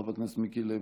חבר הכנסת מיקי לוי,